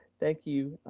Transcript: thank you,